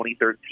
2013